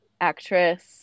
Actress